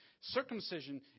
Circumcision